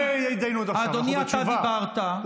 אתה דיברת,